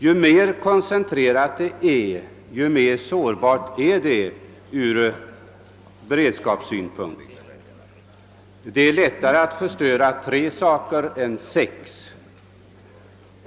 Ju mera koncentrerad verksamheten är, desto mera sårbar blir den — det är lättare att förstöra tre anläggningar än sex.